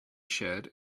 shared